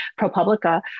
ProPublica